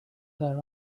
their